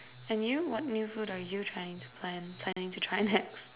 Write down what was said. and you what new food are you trying to find planning to try next